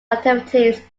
activities